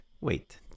wait